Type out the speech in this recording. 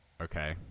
Okay